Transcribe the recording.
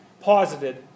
posited